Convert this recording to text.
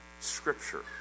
scripture